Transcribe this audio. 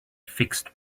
fixed